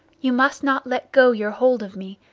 you must not let go your hold of me,